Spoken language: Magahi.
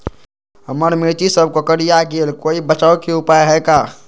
हमर मिर्ची सब कोकररिया गेल कोई बचाव के उपाय है का?